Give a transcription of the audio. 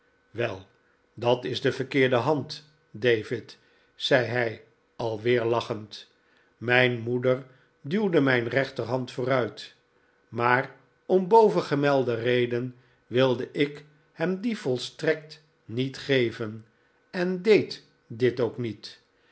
wel dat is de verkeerde hand david zei hij alweer lachend mijn moeder duwde mijn rechterhand vooruit maar om bovengemelde reden wilde ik hem die volstrekt niet geven en deed dit ook niet